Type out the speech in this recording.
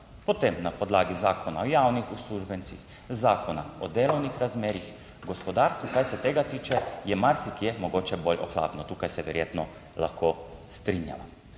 potem na podlagi Zakona o javnih uslužbencih, Zakona o delovnih razmerjih. V gospodarstvu, kar se tega tiče, je marsikje mogoče bolj ohlapno, tukaj se verjetno lahko strinjava.